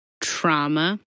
trauma